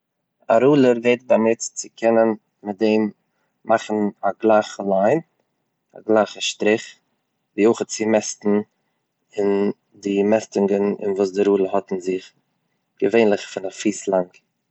א רולער ווערט באנוצט צו קענען מיט דעם מאכן א גלייכע ליין, א גלייכע שטריך, ווי אויך צו מעסטן אין די מעסטונגען וואס די רולער האט אין זיך, געווענדליך איז עס א פוס לאנג.